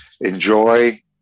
enjoy